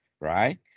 Right